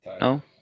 no